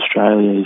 Australia